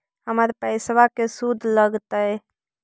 हमर पैसाबा के शुद्ध लगतै?